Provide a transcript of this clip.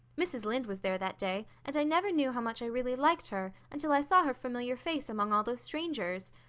mrs. lynde was there that day, and i never knew how much i really liked her until i saw her familiar face among all those strangers.